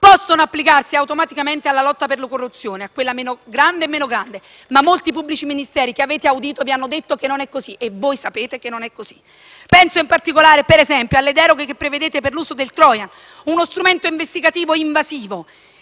possano applicarsi automaticamente alla lotta per la corruzione, quella grande e meno grande, ma molti pubblici ministeri che avete audito vi hanno detto che non è così (e voi sapete che non è così). Penso, in particolare, alle deroghe che prevedete per l'uso del *trojan*, uno tra gli strumenti investigativi più invasivi